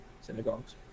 synagogues